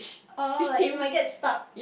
oh like it might get stuck